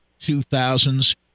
2000s